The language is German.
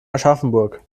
aschaffenburg